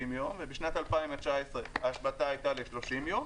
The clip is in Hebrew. יום ובשנת 2019 ההשבתה הייתה ל-30 יום,